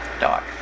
Dog